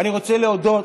אני רוצה להודות